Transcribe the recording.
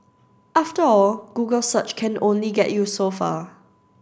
after all Google search can only get you so far